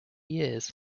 years